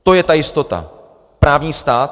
To je ta jistota, právní stát.